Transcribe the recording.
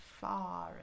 far